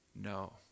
No